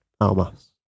Almas